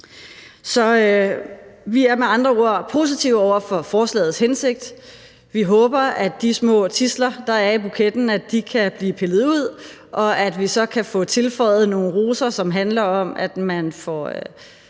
vi er med andre ord positive over for forslagets hensigt, og vi håber, at de små tidsler, der er i buketten, kan blive pillet ud, og at vi så kan få tilføjet nogle roser, som handler om at få